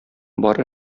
бар